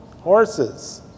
horses